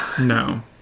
No